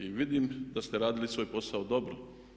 I vidim da ste radili svoj posao dobro.